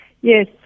Yes